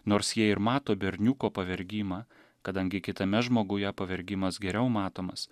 nors jie ir mato berniuko pavergimą kadangi kitame žmoguje pavergimas geriau matomas